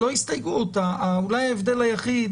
אולי ההבדל היחיד